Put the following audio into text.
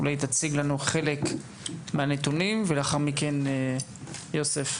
אולי תציג לנו חלק מהנתונים ולאחר מכן תוכל גם אתה יוסף,